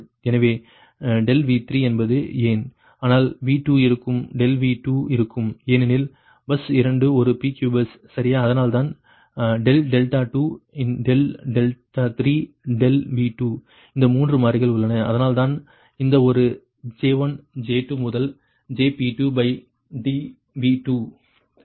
எனவே ∆V3 என்பது ஏன் ஆனால் V2 இருக்கும் ∆V2 இருக்கும் ஏனெனில் பஸ் 2 ஒரு PQ பஸ் சரியா அதனால்தான் ∆2 ∆δ3 ∆V2 இந்த 3 மாறிகள் உள்ளன அதனால்தான் இந்த ஒரு J1 J2 இது முதல் dp2dV2 ஆக இருக்கும்